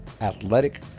Athletic